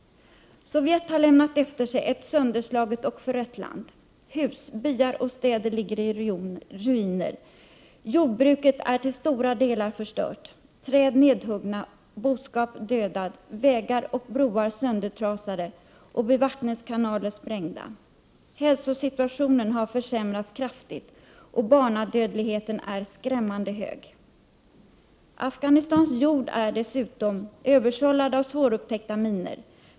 Sovjet har lämnat efter sig ett sönderslaget och förött land. Hus, byar och städer ligger i ruiner. Jordbruket är till stora delar förstört, träd nedhuggna, boskap dödad, vägar och broar söndertrasade och bevattningskanaler sprängda. Hälsosituationen har försämrats kraftigt, och barnadödligheten är skrämmande hög. Afghanistans jord är dessutom översållad av svårupptäckta minor.